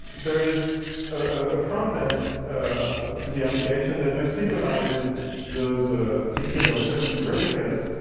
there is a a front end ah to the application that just synchronizes those sixteen or thirty two replicas.